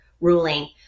ruling